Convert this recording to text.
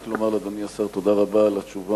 אני רק אומר לאדוני השר תודה רבה על התשובה